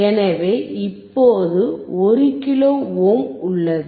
எனவே இப்போது 1 kilo ohm உள்ளது